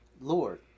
Lord